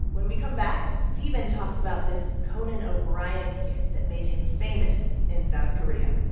when we come back, steven talks about this conan o'brien skit that made him famous in south korea